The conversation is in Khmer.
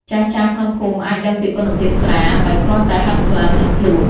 ចាស់ៗក្នុងភូមិអាចដឹងពីគុណភាពស្រា ដោយគ្រាន់តែហិតក្លិន និងភ្លក្ស។